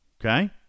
Okay